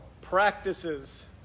Practices